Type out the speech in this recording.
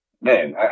Man